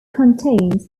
contains